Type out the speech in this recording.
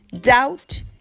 doubt